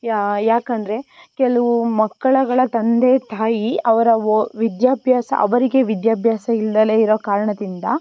ಯಾ ಯಾಕಂದರೆ ಕೆಲವು ಮಕ್ಕಳುಗಳ ತಂದೆ ತಾಯಿ ಅವರ ಓ ವಿದ್ಯಾಭ್ಯಾಸ ಅವರಿಗೆ ವಿದ್ಯಾಭ್ಯಾಸ ಇಲ್ದೇ ಇರೋ ಕಾರಣದಿಂದ